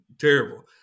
Terrible